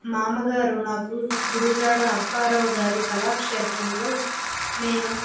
మా అమ్మగారు నాకు గురజాడ అప్పారావు గారి కళాక్షేత్రంలో నేను